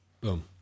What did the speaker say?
Boom